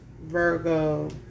Virgo